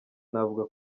navuga